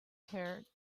heard